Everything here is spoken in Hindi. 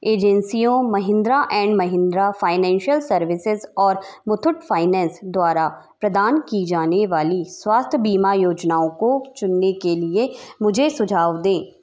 एजेंसियों Mahindra and Mahindra financial services और मुथूट फाइनेंस द्वारा प्रदान की जाने वाली स्वास्थ्य बीमा योजनाओं को चुनने के लिए मुझे सुझाव दें